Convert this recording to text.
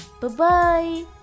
Bye-bye